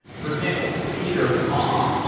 for example, peter ma,